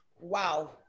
Wow